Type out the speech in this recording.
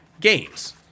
games